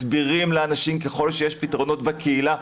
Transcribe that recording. מסבירים לאנשים ככל שיש פתרונות בקהילה,